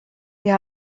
wir